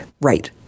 Right